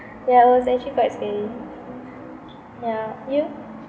that was actually quite scary yeah you